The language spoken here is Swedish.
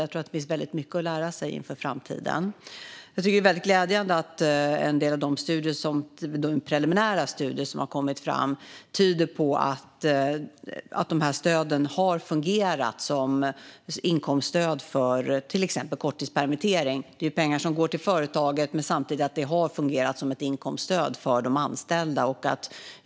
Jag tror att det finns väldigt mycket att lära sig inför framtiden. Jag tycker att det är väldigt glädjande att en del av de preliminära studier som har kommit tyder på att dessa stöd har fungerat som inkomststöd, till exempel stödet för korttidspermittering. Det är pengar som går till företaget men som samtidigt har fungerat som ett inkomststöd för de anställda.